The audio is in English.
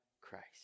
Christ